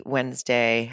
Wednesday